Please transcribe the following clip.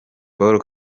paul